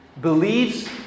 believes